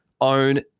own